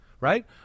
right